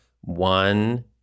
one